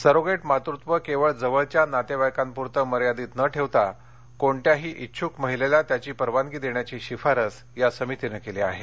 surrogate मातृत्व केवळ जवळच्या नातेवाईकांपूरतं मर्यादित न ठेवता कोणत्याही इच्छक महिलेला याची परवानगी देण्याची शिफारस या समितीनं केली आहे